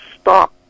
stop